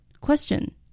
Question